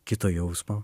kito jausmo